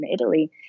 Italy